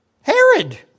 Herod